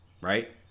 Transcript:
right